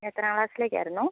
എത്രാം ക്ലാസ്സിലേക്കായിരുന്നു